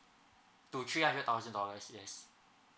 to three hundred thousand dollars yes